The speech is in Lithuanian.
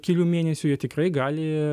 kelių mėnesių jie tikrai gali